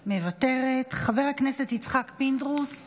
מוותרת, חבר הכנסת יצחק פינדרוס,